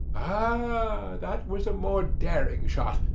ah, that was a more daring shot,